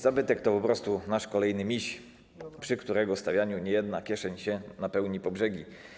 Zabytek to po prostu nasz kolejny miś, przy którego stawianiu niejedna kieszeń się napełni po brzegi.